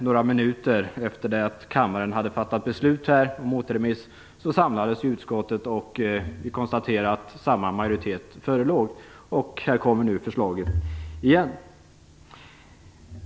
Några minuter efter det att kammaren hade fattat beslut om återremiss samlades utskottet, och vi konstaterade att samma majoritet förelåg. Förslaget kommer nu igen.